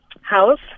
house